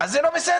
אז זה לא בסדר?